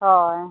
ᱦᱳᱭ